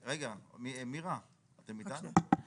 רגע, מירה, אתם איתנו?